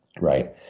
Right